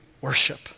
worship